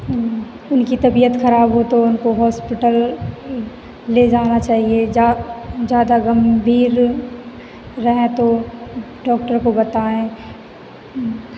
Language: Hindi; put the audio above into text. उनकी तबियत ख़राब हो तो उनको हॉस्पिटल ले जाना चाहिए ज़्यादा गंभीर रहें तो डॉक्टर को बताएँ